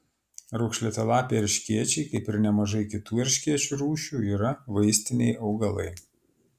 raukšlėtalapiai erškėčiai kaip ir nemažai kitų erškėčių rūšių yra vaistiniai augalai